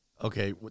Okay